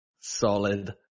Solid